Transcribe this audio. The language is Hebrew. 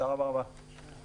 הישיבה נעולה.